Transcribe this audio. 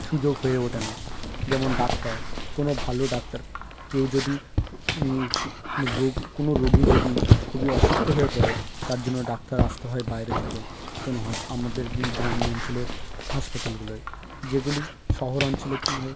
সুযোগ হয়ে ওঠে না যেমন ডাক্তার কোনো ভালো ডাক্তার কেউ যদি রোগ কোনো রোগী যদি খুবই অসুস্থ হয়ে পড়ে তার জন্য ডাক্তার আসতে হয় বাইরে থেকে কোনো আমাদের গ্রাম অঞ্চলের হাসপাতালগুলোয় যেগুলি শহর অঞ্চলে কী হয়